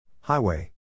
Highway